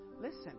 Listen